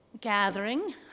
gathering